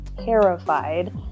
terrified